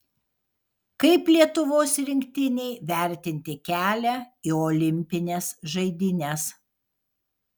kaip lietuvos rinktinei vertinti kelią į olimpines žaidynes